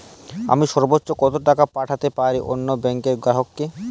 আমি সর্বোচ্চ কতো টাকা পাঠাতে পারি অন্য ব্যাংকের গ্রাহক কে?